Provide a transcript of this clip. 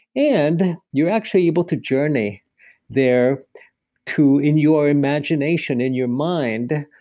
and, you're actually able to journey there too, in your imagination, in your mind,